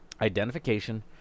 identification